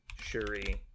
Shuri